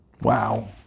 wow